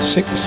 Six